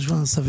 נשמע סביר.